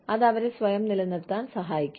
അത് അവരെ സ്വയം നിലനിർത്താൻ സഹായിക്കും